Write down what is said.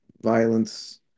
violence